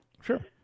Sure